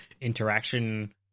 interaction